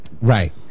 Right